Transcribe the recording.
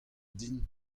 din